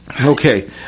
Okay